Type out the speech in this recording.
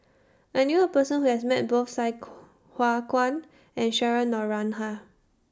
I knew A Person Who has Met Both Sai Hua Kuan and Cheryl Noronha